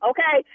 Okay